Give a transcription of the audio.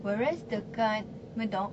whereas dekat murdoch